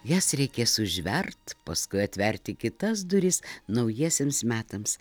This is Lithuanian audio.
jas reikės užvert paskui atverti kitas duris naujiesiems metams